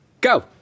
Go